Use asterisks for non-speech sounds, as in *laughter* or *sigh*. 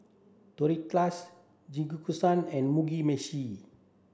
Tortillas *unintelligible* and Mugi Meshi